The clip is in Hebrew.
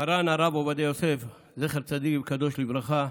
מרן הרב עובדיה יוסף, זכר צדיק וקדוש לברכה,